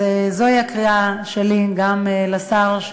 אז זוהי הקריאה שלי גם לשר,